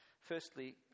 Firstly